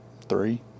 three